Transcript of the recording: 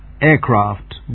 aircraft